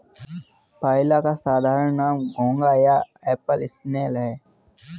पाइला का साधारण नाम घोंघा या एप्पल स्नेल है